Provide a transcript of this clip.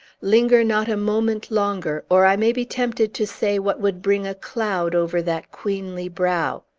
linger not a moment longer, or i may be tempted to say what would bring a cloud over that queenly brow.